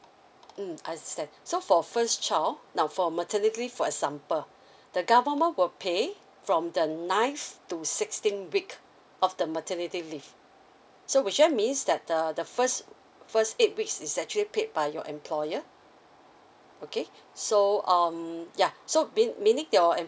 mm I see so for first child now for maternity for example the government will pay from the ninth to sixteenth week of the maternity leave so which I means that the first first eight weeks is actually paid by your employer okay so um yeah so mean meaning your